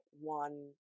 one